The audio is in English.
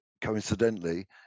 coincidentally